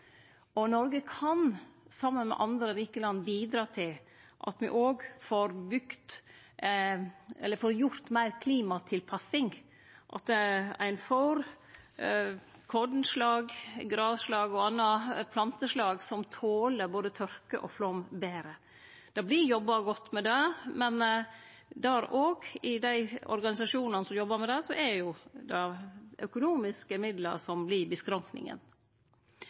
Noreg kan saman med andre rike land bidra til at me òg får gjort meir klimatilpassing, at ein får kornslag, grasslag og andre planteslag som toler både tørke og flaum betre. Det vert jobba godt med det, men i dei organisasjonane som jobbar med det, er det økonomiske midlar som